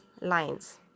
lines